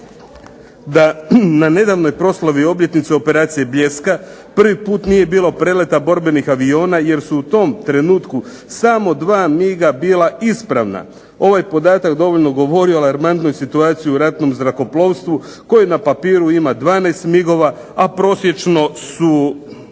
"Na nedavnoj proslavi obljetnice operacije "Bljeska" prvi puta nije bilo preleta borbenih aviona, jer su u tom trenutku samo dva MiG-a bila ispravna. Ovaj podatak dovoljno govori o alarmantnoj situaciji u ratnom zrakoplovstvu koji na papiru ima 12 MiG-ova a prosječno su